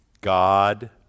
God